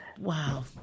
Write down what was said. Wow